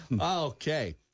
Okay